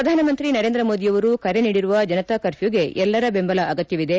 ಪ್ರಧಾನಮಂತ್ರಿ ನರೇಂದ್ರ ಮೋದಿಯವರು ಕರೆ ನೀಡಿರುವ ಜನತಾ ಕರ್ಫ್ಯೂಗೆ ಎಲ್ಲರ ಬೆಂಬಲ ಅಗತ್ಯವಿದೆ